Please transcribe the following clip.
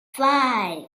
five